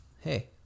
Hey